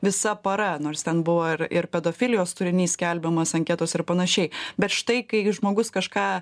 visa para nors ten buvo ir pedofilijos turinys skelbiamos anketos ir panašiai bet štai kai žmogus kažką